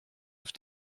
auf